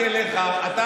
תעשה מודיעין גדול?